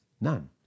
None